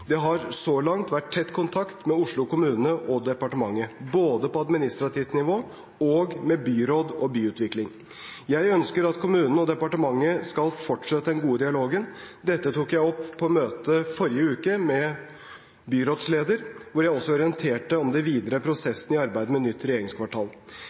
Det har så langt vært tett kontakt mellom Oslo kommune og departementet, både på administrativt nivå og med byråd for byutvikling. Jeg ønsker at kommunen og departementet skal fortsette den gode dialogen. Dette tok jeg opp på et møte i forrige uke med byrådslederen, der jeg også orienterte om den videre prosessen i arbeidet med nytt regjeringskvartal.